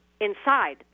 inside